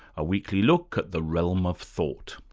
a weekly look at the realm of thought,